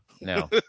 No